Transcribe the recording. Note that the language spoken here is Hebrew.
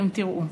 אתם תראו.